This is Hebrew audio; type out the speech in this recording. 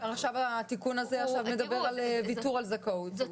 התיקון הזה עכשיו מדבר על ויתור על זכאות.